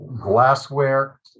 glassware